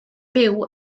byw